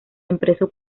impreso